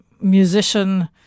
musician